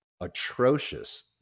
atrocious